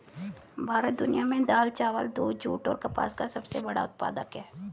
भारत दुनिया में दाल, चावल, दूध, जूट और कपास का सबसे बड़ा उत्पादक है